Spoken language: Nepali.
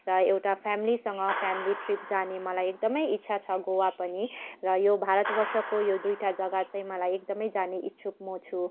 र एउटा फेमिलीसँग फेमिली ट्रिप जाने मलाई एकदमै इच्छा छ गोआ पनि र यो भारत वर्षको यो दुइटा जग्गा चाहिँ मलाई एकदमै जाने इच्छुक म छु